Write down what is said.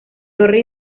torre